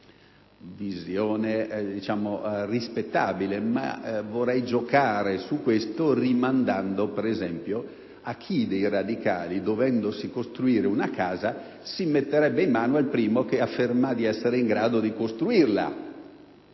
una visione rispettabile, ma vorrei giocare su questo aspetto: chi dei radicali, dovendosi costruire una casa, penserebbe di mettersi in mano al primo che afferma di essere in grado di costruirla